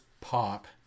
Pop